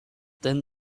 then